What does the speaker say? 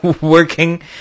working